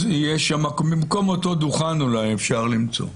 אז במקום דוכן אולי אפשר למצוא.